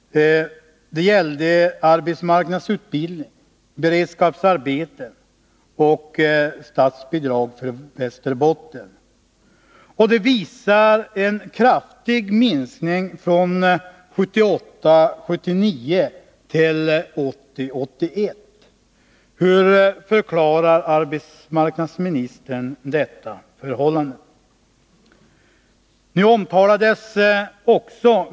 Det gällde arbetsmarknadsutbildning, beredskapsarbeten och statsbidrag till Västerbotten. Statistiken redovisade en kraftig minskning från 1978 81. Hur förklarar arbetsmarknadsministern detta förhållande?